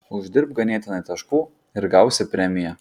uždirbk ganėtinai taškų ir gausi premiją